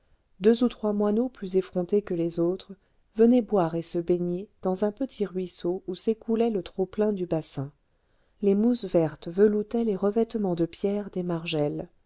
deux ou trois moineaux plus effrontés que les autres venaient boire et se baigner dans un petit ruisseau où s'écoulait le trop-plein du bassin les mousses vertes veloutaient les revêtements de pierre des margelles